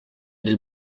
del